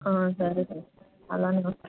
సరేలే అలాగే